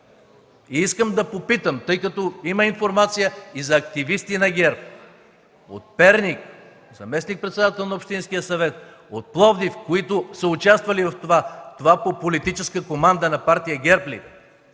Искам да попитам, тъй като има информация и за активисти на ГЕРБ – заместник-председател на Общинския съвет от Перник, от Пловдив, които са участвали в това. Това по политическа команда на Партия ГЕРБ